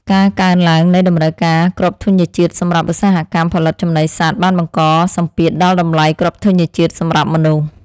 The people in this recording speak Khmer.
ការកើនឡើងនៃតម្រូវការគ្រាប់ធញ្ញជាតិសម្រាប់ឧស្សាហកម្មផលិតចំណីសត្វបានបង្កសម្ពាធដល់តម្លៃគ្រាប់ធញ្ញជាតិសម្រាប់មនុស្ស។